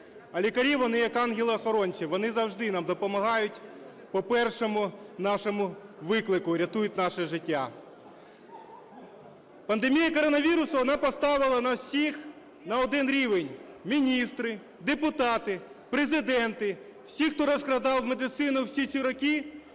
А лікарі – вони як ангели-охоронці, вони завжди нам допомагають по першому нашому виклики і рятують наші життя. Пандемія коронавірусу поставила нас всіх на один рівень: міністрів, депутатів, президенти, всіх, хто розкрадав медицину всі ці роки